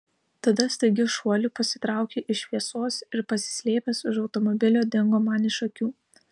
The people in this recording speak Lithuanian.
tada staigiu šuoliu pasitraukė iš šviesos ir pasislėpęs už automobilio dingo man iš akių